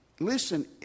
Listen